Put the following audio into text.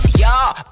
y'all